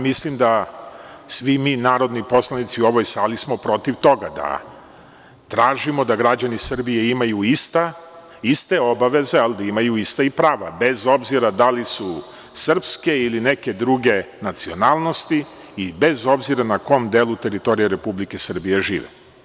Mislim da svi mi narodni poslanici u ovoj sali smo protiv toga, da tražimo da građani Srbije imaju iste obaveze, ali da imaju i ista i prava, bez obzira da li su srpske ili neke druge nacionalnosti i bez obzira na kom delu teritorije Republike Srbije žive.